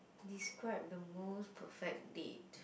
describe the most perfect date